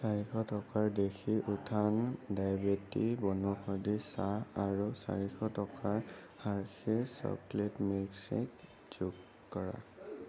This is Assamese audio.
চাৰিশ টকাৰ দেশী উত্থান ডায়েবেটিক বনৌষধি চাহ আৰু চাৰিশ টকাৰ হাৰ্সীৰ চকলেট মিল্কশ্বেক যোগ কৰা